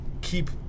keep